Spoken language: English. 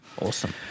Awesome